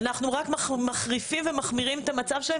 אנחנו רק מחריפים ומחמירים את המצב שלהם